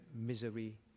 misery